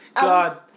God